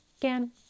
Again